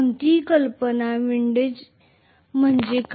काही कल्पना विंडिज म्हणजे काय